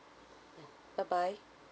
mm bye bye